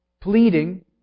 pleading